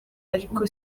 ariko